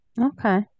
Okay